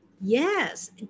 Yes